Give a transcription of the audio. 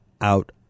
out